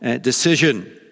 decision